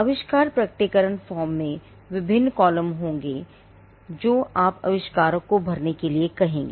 आविष्कार प्रकटीकरण फॉर्म में विभिन्न कॉलम होंगे जो आप आविष्कारक को भरने के लिए कहेंगे